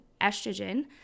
estrogen